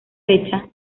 fecha